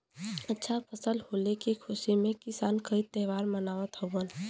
अच्छा फसल होले के खुशी में किसान कई त्यौहार मनावत हउवन